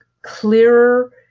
clearer